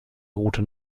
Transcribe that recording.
route